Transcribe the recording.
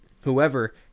whoever